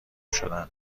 شدن